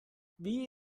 wie